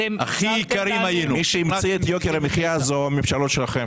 אתם השארתם לנו --- מי שהמציא את יוקר המחיה אלו הממשלות שלכם.